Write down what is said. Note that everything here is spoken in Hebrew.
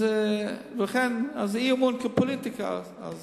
לכן אי-אמון כפוליטיקה, אז